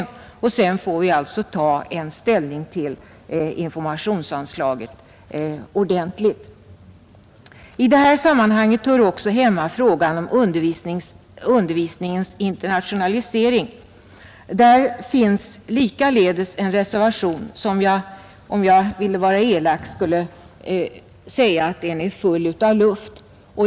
När den planen föreligger får vi således ta ställning till informationsanslagen. Frågan om undervisningens internationalisering hör också hemma i detta sammanhang. Även på den punkten finns en reservation, om vilken jag — om jag ville vara elak — skulle säga att den är full av luft.